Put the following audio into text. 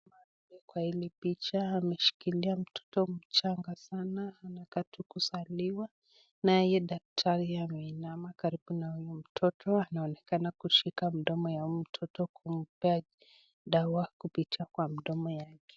Kwa hili picha ameshikilia mtoto mchanga sana anakata kusaliwa, naye daktari ameinama karibu na huyu mtoto anaonekana kushika mndomo ya huyu mtoto kumpea dawa kupitia mndomo yake.